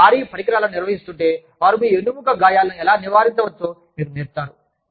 మీరు భారీ పరికరాలను నిర్వహిస్తుంటే వారు మీ వెన్నుముక గాయాలను ఎలా నివారించవచ్చో మీకు నేర్పుతారు